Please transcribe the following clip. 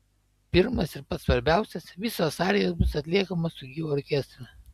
pirmas ir pats svarbiausias visos arijos bus atliekamos su gyvu orkestru